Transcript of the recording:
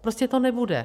Prostě to nebude.